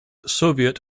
soviet